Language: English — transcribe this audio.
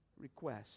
request